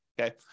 okay